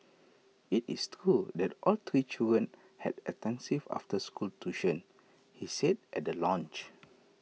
IT is true that all three children had extensive after school tuition he said at the launch